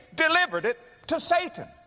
delivered it to satan.